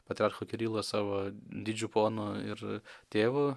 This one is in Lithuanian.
patriarcho kirilo savo didžiu ponu ir tėvu